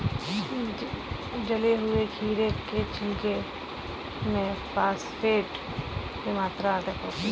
जले हुए खीरे के छिलके में फॉस्फेट की मात्रा अधिक होती है